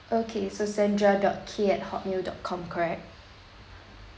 okay so sandra dot K at hotmail dot com correct